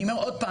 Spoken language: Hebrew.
אני אומר שוב,